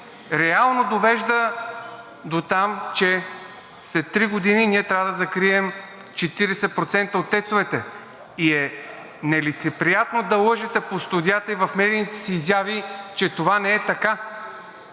реално довежда до там, че след три години ние трябва да закрием 40% от ТЕЦ-овете. Нелицеприятно е да лъжете по студията и в медийните си изяви, че това не е така.